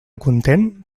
content